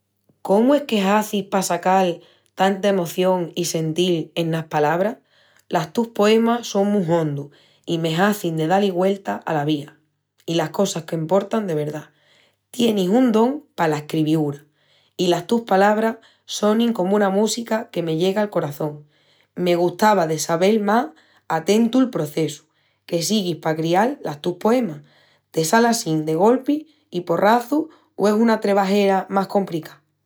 ...cómu es que hazis pa sacal tanta emoción i sentil enas palabras? Las tus poemas son mu hondus i me hazin de da-li güeltas ala via i las cosas qu'emportan de verdá. Tienis un don pala escreviúra, i las tus palabras sonin comu una música que me llega al coraçón!. Me gustava de sabél más a tentu'l processu que siguis pa crial las tus poemas, te sal assín de golpi i porrazu o es una trebajera más compricá?